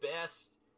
best